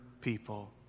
people